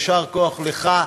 יישר כוח לך,